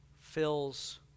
fills